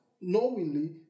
knowingly